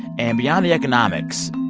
and beyond the economics,